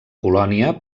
colònia